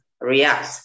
react